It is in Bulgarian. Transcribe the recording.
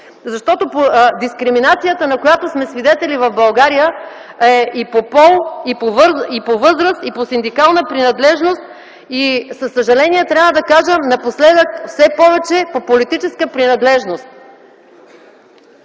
защото дискриминацията, на която сме свидетели в България, е и по пол, и по възраст, и по синдикална принадлежност и със съжаление трябва да кажем - напоследък все повече по политическа принадлежност.